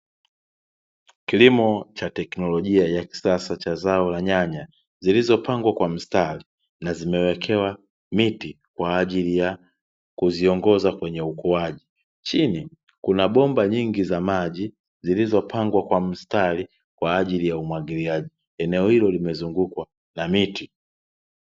Kilimo cha teknolojia ya kisasa cha zao la nyanya, zilizopangwa kwa mstari, na zimewekewa miti kwa ajili ya kuziongoza kwenye ukuaji. Chini kuna bomba nyingi za maji, zilizopangwa kwa mstari kwa ajili ya umwagiliaji. Eneo hilo limezungukwa na miti.